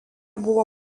buvo